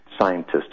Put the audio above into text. scientists